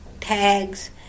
tags